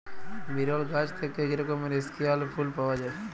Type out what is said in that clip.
বিরল গাহাচ থ্যাইকে ইক রকমের ইস্কেয়াল ফুল পাউয়া যায়